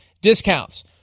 discounts